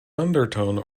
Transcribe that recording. undertone